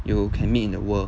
you can meet in the world